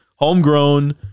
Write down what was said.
homegrown